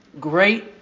Great